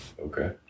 Okay